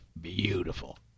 beautiful